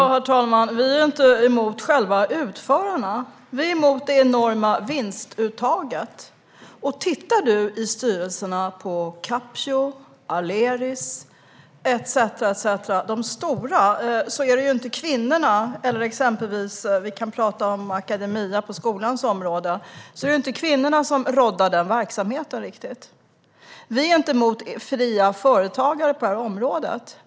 Herr talman! Vi är inte emot själva utförarna. Vi är emot det enorma vinstuttaget. Tittar du i styrelserna för Capio, Aleris, etcetera, de stora - och vi kan exempelvis tala om Academedia på skolans område - är det inte riktigt kvinnorna som råddar den verksamheten. Vi är inte emot fria företagare på området.